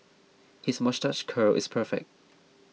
his moustache curl is perfect